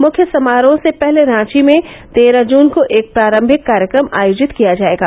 मुख्य समारोह से पहले रांची में तेरह जून को एक प्रारंभिक कार्यक्रम आयोजित किया जाएगा